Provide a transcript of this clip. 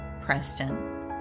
Preston